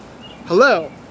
hello